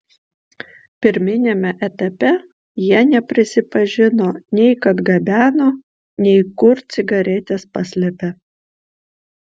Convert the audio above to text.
pirminiame etape jie neprisipažino nei kad gabeno nei kur cigaretes paslėpė